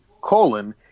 colon